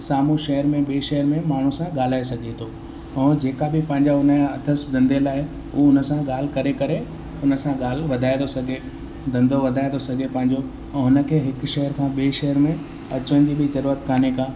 साम्हूं शहर में ॿिए शेहर में माण्हुनि सां ॻाल्हाए सघे थो ऐं जेका बि पंहिंजा हुन जा अथसि धंधे लाइ उहो उन सां ॻाल्हि करे करे उन सां ॻाल्हि वधाए थो सघे धंधो वधाए थो सघे पंहिंजो ऐं हुन खे हिक शहर खां ॿिए शहर में अचवञ जी बि जरूरत काने का